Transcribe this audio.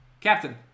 Captain